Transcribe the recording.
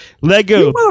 Lego